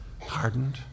hardened